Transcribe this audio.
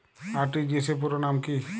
RTGS র পুরো নাম কি?